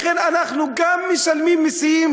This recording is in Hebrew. לכן, אנחנו גם משלמים מסים,